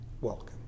welcome